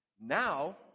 Now